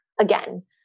again